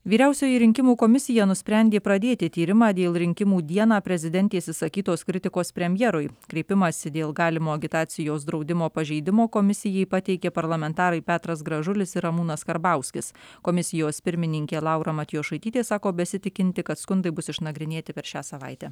vyriausioji rinkimų komisija nusprendė pradėti tyrimą dėl rinkimų dieną prezidentės išsakytos kritikos premjerui kreipimąsi dėl galimo agitacijos draudimo pažeidimo komisijai pateikė parlamentarai petras gražulis ir ramūnas karbauskis komisijos pirmininkė laura matjošaitytė sako besitikinti kad skundai bus išnagrinėti per šią savaitę